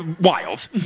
wild